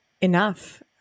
enough